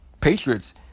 Patriots